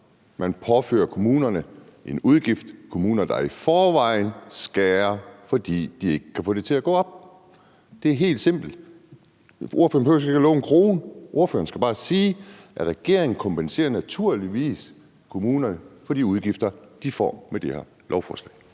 Man påfører kommunerne en udgift. Det er kommuner, der i forvejen skærer, fordi de ikke kan få det til at gå op. Det er helt simpelt. Ordføreren behøver jo ikke at love en krone. Ordføreren skal bare sige, at regeringen naturligvis kompenserer kommunerne for de udgifter, de får med det her lovforslag.